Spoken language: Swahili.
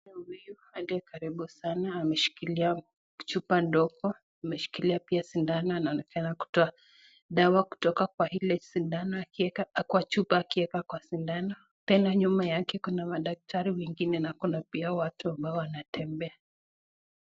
Mama huyu aliye karibu sana ameshikilia chupa ndogo, ameshikilia pia sindano ,anaonekana kutoa dawa kutoka kwa ile sindano akieka kwa chupa akiweka kwa sindano, tena nyuma yake kuna madaktari wengine na kuna pia watu ambao wanatembea.